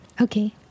Okay